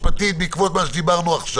נוסח: